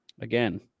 again